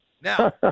Now